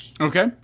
Okay